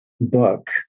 book